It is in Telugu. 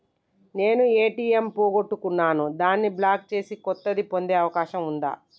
నేను ఏ.టి.ఎం పోగొట్టుకున్నాను దాన్ని బ్లాక్ చేసి కొత్తది పొందే అవకాశం ఉందా?